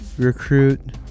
Recruit